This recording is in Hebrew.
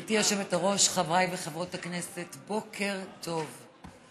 גברתי היושבת-ראש, חברי וחברות הכנסת, בוקר טוב.